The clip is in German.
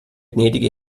gnädige